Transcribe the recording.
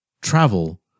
Travel